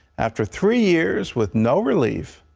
after three years with no relief,